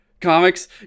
comics